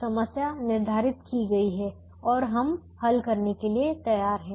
तो समस्या निर्धारित की गई है और हम हल करने के लिए तैयार हैं